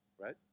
right